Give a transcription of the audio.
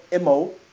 MO